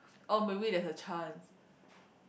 oh maybe there's a chance